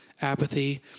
apathy